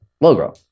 logo